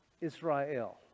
Israel